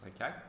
Okay